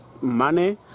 money